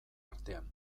artean